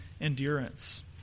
endurance